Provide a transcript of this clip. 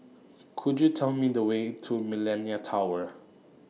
Could YOU Tell Me The Way to Millenia Tower